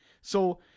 So-